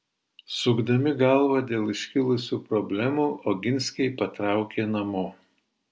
sukdami galvą dėl iškilusių problemų oginskiai patraukė namo